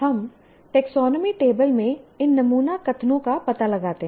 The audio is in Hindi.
हम टेक्सोनोमी टेबल में इन नमूना कथनों का पता लगाते हैं